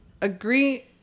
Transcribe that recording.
agree